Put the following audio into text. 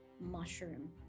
mushroom